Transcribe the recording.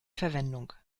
verwendung